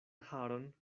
haron